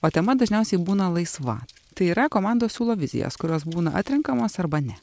o tema dažniausiai būna laisva tai yra komandos siūlo vizijas kurios būna atrenkamos arba ne